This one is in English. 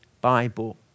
Bible